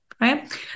right